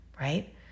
right